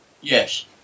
Yes